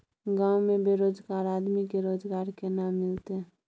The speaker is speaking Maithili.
गांव में बेरोजगार आदमी के रोजगार केना मिलते?